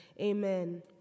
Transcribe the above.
amen